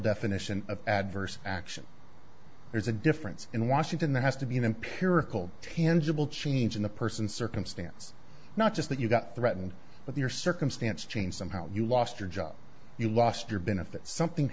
definition of adverse action there's a difference in washington there has to be an empirical tangible change in the person circumstance not just that you got threatened with your circumstance changed somehow you lost your job you lost your benefits something